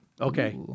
Okay